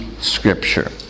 Scripture